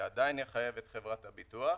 זה עדיין יחייב את חברת הביטוח.